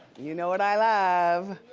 you know what i love.